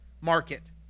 market